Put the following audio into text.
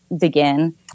begin –